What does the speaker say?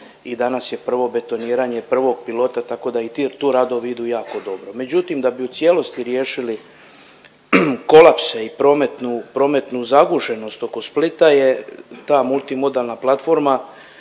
i danas je prvo betoniranje prvog pilota tako da i tu radovi idu jako dobro. Međutim, da bi u cijelosti riješili kolapse i prometnu zagušenost oko Splita je ta multimodalna platforma